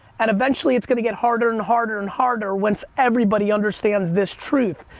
and eventually it's gonna get harder and harder and harder, once everybody understands this truth.